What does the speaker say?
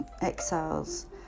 exiles